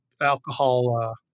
alcohol